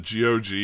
GOG